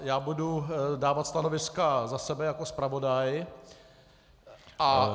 Já budu dávat stanoviska za sebe jako zpravodaj a